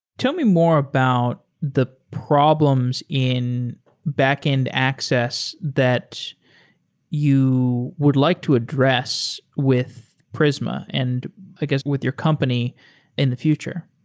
tell me more about the problems in backend access that you would like to address with prisma and i guess with your company in the future.